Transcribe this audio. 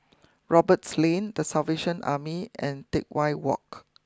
Roberts Lane the Salvation Army and Teck Whye walk